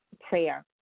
prayer